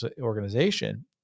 organization